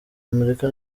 amerika